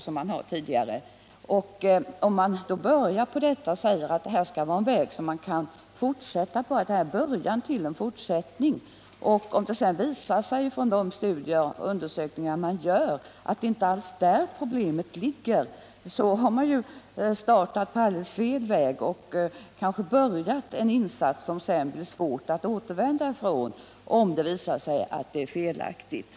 Säger man att förslaget på detta sätt är en början och undersökningar sedan visar att det inte alls är rätt väg att fortsätta på när det gäller att lösa problemen, så kan det visa sig svårt att återvända. Man har under sådana förhållanden startat med fel insats.